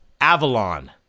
Avalon